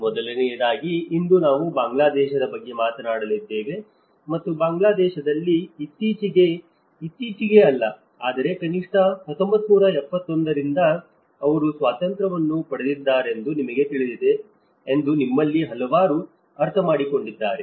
ಮೊದಲನೆಯದಾಗಿ ಇಂದು ನಾವು ಬಾಂಗ್ಲಾದೇಶದ ಬಗ್ಗೆ ಮಾತನಾಡಲಿದ್ದೇವೆ ಮತ್ತು ಬಾಂಗ್ಲಾದೇಶದಲ್ಲಿ ಇತ್ತೀಚೆಗೆ ಇತ್ತೀಚೆಗೆ ಅಲ್ಲ ಆದರೆ ಕನಿಷ್ಠ 1971 ರಿಂದ ಅವರು ಸ್ವಾತಂತ್ರ್ಯವನ್ನು ಪಡೆದಿದ್ದಾರೆಂದು ನಿಮಗೆ ತಿಳಿದಿದೆ ಎಂದು ನಿಮ್ಮಲ್ಲಿ ಹಲವರು ಅರ್ಥಮಾಡಿಕೊಂಡಿದ್ದಾರೆ